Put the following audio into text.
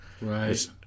right